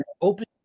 open